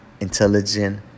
intelligent